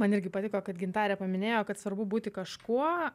man irgi patiko kad gintarė paminėjo kad svarbu būti kažkuo